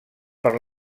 per